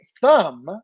thumb